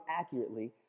accurately